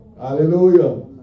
Hallelujah